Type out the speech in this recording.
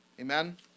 amen